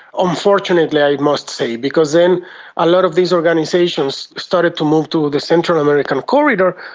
unfortunately, i must say, because then a lot of these organisations started to move to the central american corridor,